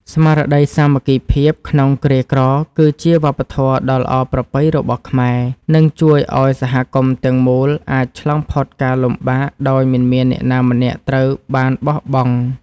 ស្មារតីសាមគ្គីភាពក្នុងគ្រាក្រគឺជាវប្បធម៌ដ៏ល្អប្រពៃរបស់ខ្មែរ និងជួយឱ្យសហគមន៍ទាំងមូលអាចឆ្លងផុតការលំបាកដោយមិនមានអ្នកណាម្នាក់ត្រូវបានបោះបង់។